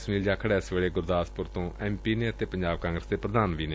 ਸੁਨੀਲ ਜਾਖੜ ਇਸ ਵੇਲੇ ਗੁਰਦਸਪੂਰ ਤੋਂ ਐੱਮ ਪੀ ਅਤੇ ਪੰਜਾਬ ਕਾਂਗਰਸ ਦੇ ਪ੍ਧਾਨ ਵੀ ਹਨ